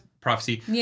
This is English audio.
prophecy